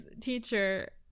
teacher